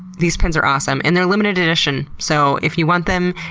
these pins are awesome and they're limited edition, so if you want them,